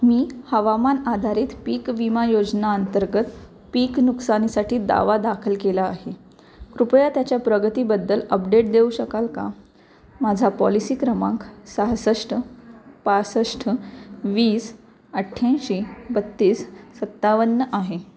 मी हवामान आधारित पीक विमा योजना अंतर्गत पीक नुकसानीसाठी दावा दाखल केला आहे कृपया त्याच्या प्रगतीबद्दल अपडेट देऊ शकाल का माझा पॉलिसी क्रमांक सहासष्ट पासष्ट वीस अठ्ठ्याऐंशी बत्तीस सत्तावन्न आहे